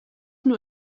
nur